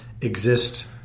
exist